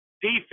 defense